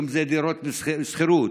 אם זה דירות שכורות,